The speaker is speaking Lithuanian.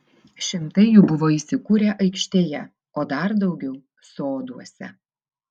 šimtai jų buvo įsikūrę aikštėje o dar daugiau soduose